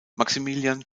maximilian